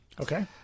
Okay